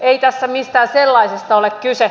ei tässä mistään sellaisesta ole kyse